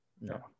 No